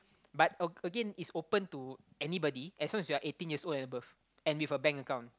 but ag~ again it's open to anybody as long as you're eighteen years old and above and with a bank account